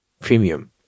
Premium